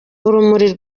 urumuri